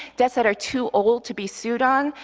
debts that are too old to be sued on,